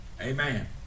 Amen